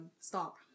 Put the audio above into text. stop